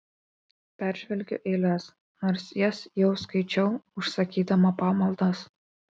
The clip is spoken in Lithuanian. peržvelgiu eiles nors jas jau skaičiau užsakydama pamaldas